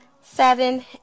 seven